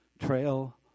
trail